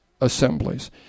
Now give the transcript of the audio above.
assemblies